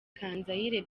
kanzayire